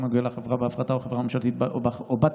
בכל הנוגע לחברה בהפרטה או חברה ממשלתית או בת-ממשלתית,